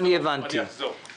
אני אדבר גם על הפיצויים.